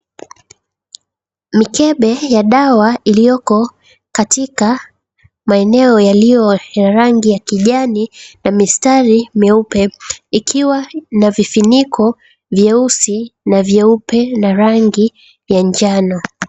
Mikebe ya dawa iliyoko katika maeneo yaliyo ya rangi ya kijani na mistari meupe ikiwa na vifuniko vyeusi na vyeupe na rangi ya njano.